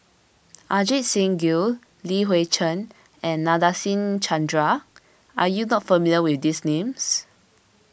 Ajit Singh Gill Li Hui Cheng and Nadasen Chandra are you not familiar with these names